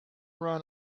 run